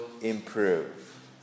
improve